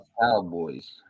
Cowboys